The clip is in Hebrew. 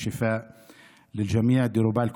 השבח לאל,